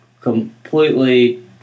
completely